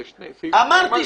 זה שני סעיפים --- אמרתי